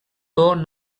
though